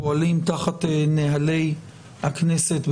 פועלים תחת נהלי הכנסת,